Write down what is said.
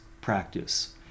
practice